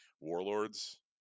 warlords